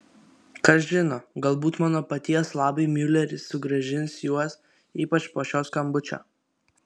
kas žino galbūt mano paties labui miuleris sugrąžins juos ypač po šio skambučio